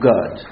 God